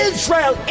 Israel